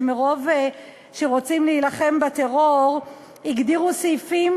שמרוב שרוצים להילחם בטרור הגדירו סעיפים